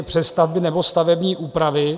Přestavby nebo stavební úpravy.